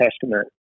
Testament